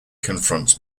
confronts